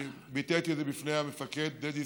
ביטאתי את זה בפני המפקד דדי שמחי,